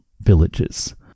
villages